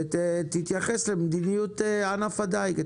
שתתייחס למדיניות ענף הדיג.